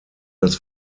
das